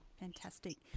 Fantastic